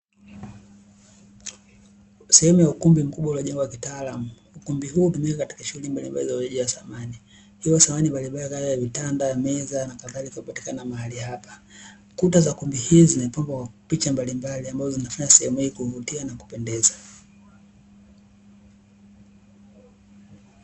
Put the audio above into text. Sehemu ya ukumbi mkubwa uliojengwa kitaalamu. Ukumbi huu hutumika katika shughuli mbalimbali za uuzaji wa samani. Hivyo samani mbalimbali kama vile vitanda, meza na kadhalika hupatikana mahali hapa. Kuta za kumbi hizi zimepambwa kwa picha mbalimbali ambazo zinafanya sehemu hii kuvutia nakupendeza.